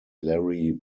larry